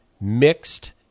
mixed